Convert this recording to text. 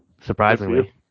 surprisingly